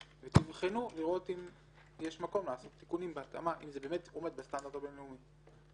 לכל הפחות צריך להתנות את הכניסה לתוקף של כל אותם סעיפי אימות זיהוי,